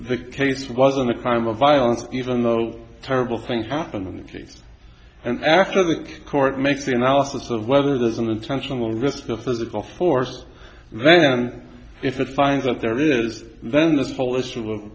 vick case was on the crime of violence even though terrible things happened in the case and after the court make the analysis of whether there's an intentional risk of physical force then and if it finds that there is then this whole issue of